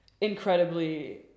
incredibly